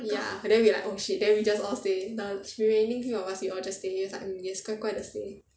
ya then we like oh shit then we just all stay the he must be saying we all just stay yes 乖乖的 stay